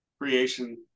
creation